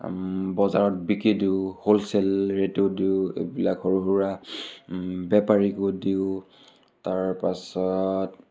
বজাৰত বিকি দিওঁ হ'লচেল ৰে'টো দিওঁ এইবিলাক সৰু সুৰা বেপাৰীকো দিওঁ তাৰপাছত